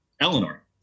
Eleanor